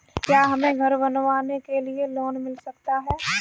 क्या हमें घर बनवाने के लिए लोन मिल सकता है?